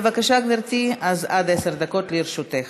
בבקשה, גברתי, אז עד עשר דקות לרשותך.